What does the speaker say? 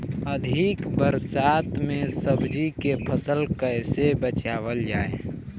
अधिक बरसात में सब्जी के फसल कैसे बचावल जाय?